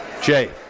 Jay